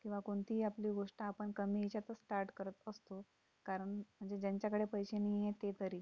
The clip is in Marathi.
किंवा कोणतीही आपली गोष्ट आपण कमी याच्यात स्टार्ट करत असतो कारण म्हणजे ज्यांच्याकडे पैसे नाही आहे ते तरी